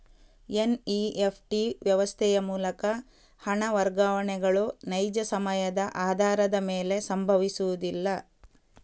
NEFT ವ್ಯವಸ್ಥೆಯ ಮೂಲಕ ಹಣ ವರ್ಗಾವಣೆಗಳು ನೈಜ ಸಮಯದ ಆಧಾರದ ಮೇಲೆ ಸಂಭವಿಸುವುದಿಲ್ಲ